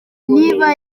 niba